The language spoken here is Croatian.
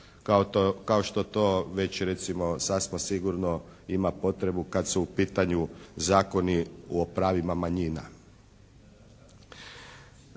kao što to već recimo sasvim sigurno ima potrebu kad su u pitanju zakoni o pravima manjina.